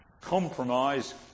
Compromise